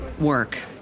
work